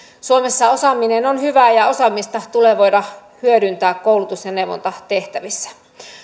suomessa osaaminen on hyvää ja osaamista tulee voida hyödyntää koulutus ja neuvontatehtävissä